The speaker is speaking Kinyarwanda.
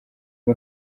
ubu